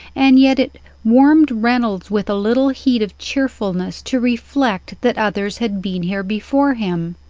and yet it warmed reynolds with a little heat of cheer fulness to reflect that others had been here before him.